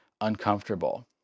uncomfortable